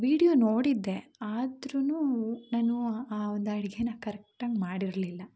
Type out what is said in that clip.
video ನೋಡಿದ್ದೇ ಆದ್ರು ನಾನು ಆ ಆ ಒಂದು ಅಡುಗೆ ಕರೆಕ್ಟಾಗಿ ಮಾಡಿರಲಿಲ್ಲ